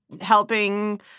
helping—